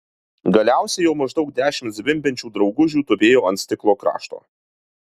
galiausiai jau maždaug dešimt zvimbiančių draugužių tupėjo ant stiklo krašto